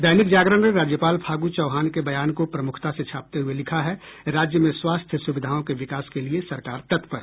दैनिक जागरण ने राज्यपाल फागू चौहान के बयान को प्रमुखता से छापते हुये लिखा है राज्य में स्वास्थ्य सुविधाओं के विकास के लिए सरकार तत्पर